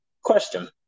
question